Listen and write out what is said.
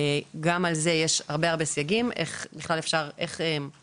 גם על זה יש הרבה סייגים איך בכלל אפשר שעובד